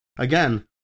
Again